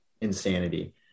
insanity